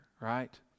right